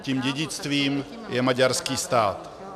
Tím dědictvím je maďarský stát.